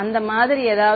அந்த மாதிரி ஏதாவது